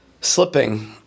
slipping